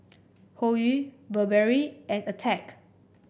Hoyu Burberry and Attack